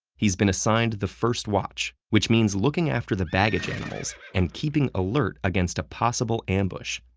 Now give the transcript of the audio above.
he's been assigned the first watch, which means looking after the baggage animals and keeping alert against a possible ambush.